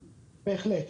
בהחלט.